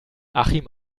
achim